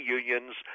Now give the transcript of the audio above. unions